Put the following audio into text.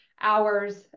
hours